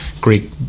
Greek